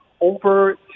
over